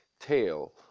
tail